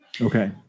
Okay